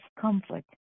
comfort